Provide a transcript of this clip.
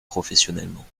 professionnellement